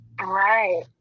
Right